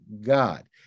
god